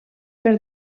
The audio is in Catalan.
per